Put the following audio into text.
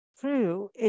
true